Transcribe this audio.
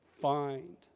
find